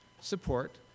support